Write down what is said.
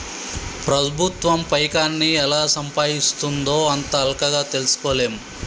ప్రభుత్వం పైకాన్ని ఎలా సంపాయిస్తుందో అంత అల్కగ తెల్సుకోలేం